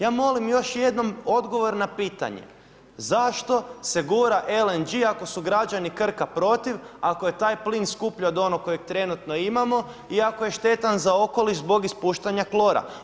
Ja molim još jednom odgovor na pitanje zašto se gura LNG ako su građani Krka protiv, ako je taj plin skuplji od onog kojeg trenutno imamo i ako je štetan za okoliš zbog ispuštanja klora.